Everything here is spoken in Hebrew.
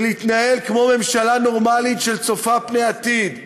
ולהתנהל כמו ממשלה נורמלית שצופה פני עתיד,